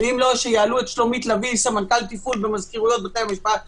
בתיאום עם שירות בתי הסוהר תוך יישום הוראות הדין והוראות משרד הבריאות,